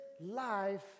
life